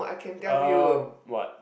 uh what